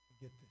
get